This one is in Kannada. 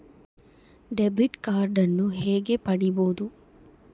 ಡೆಬಿಟ್ ಕಾರ್ಡನ್ನು ಹೇಗೆ ಪಡಿಬೋದು?